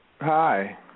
Hi